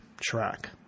track